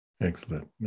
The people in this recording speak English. Excellent